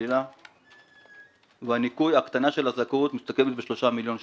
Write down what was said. והקטנת הזכאות מסתכמת ב-3 מיליון שקל.